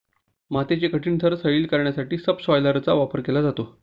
मातीचे कठीण थर सैल करण्यासाठी सबसॉयलरचा वापर केला जातो